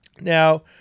Now